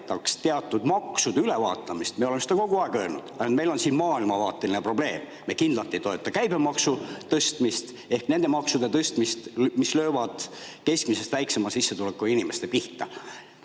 teatud maksude ülevaatamist, siis me oleme seda kogu aeg öelnud, et meil on siin maailmavaateline probleem. Me kindlasti ei toeta käibemaksu tõstmist ehk nende maksude tõstmist, mis löövad keskmisest väiksema sissetulekuga inimeste pihta.